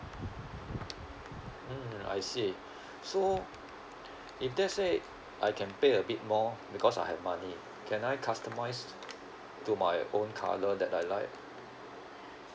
mm I see so if let's say I can pay a bit more because I have money can I customise to my own colour that I like